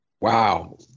Wow